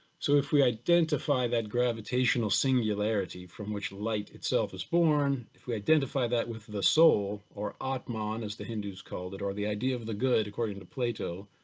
so if we identify that gravitational singularity from which light itself is born. if we identify that with the soul, or atman, as the hindus called it or the idea of the good according to plato,